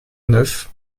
neuf